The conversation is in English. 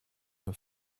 her